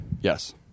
Yes